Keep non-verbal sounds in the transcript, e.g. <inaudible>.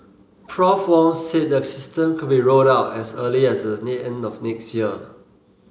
Prof Wong said the system could be rolled out as early as <unintelligible> the end of next year